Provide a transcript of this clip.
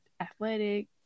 athletic